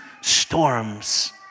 storms